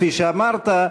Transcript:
כפי שאמרת,